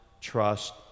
trust